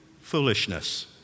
foolishness